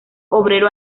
obrero